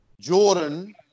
Jordan